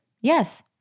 Yes